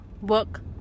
work